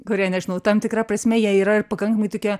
kurie nežinau tam tikra prasme jie yra ir pakankamai tokie